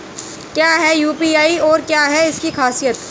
क्या है यू.पी.आई और क्या है इसकी खासियत?